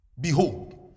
Behold